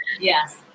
Yes